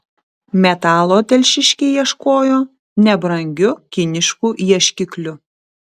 metalo telšiškiai ieškojo nebrangiu kinišku ieškikliu